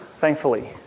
thankfully